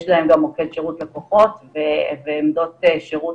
יש להם גם מוקד שירות לקוחות ועמדות שירות